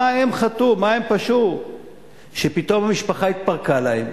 מה הם חטאו, מה הם פשעו שפתאום המשפחה התפרקה להם?